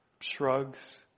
shrugs